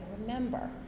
remember